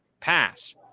Pass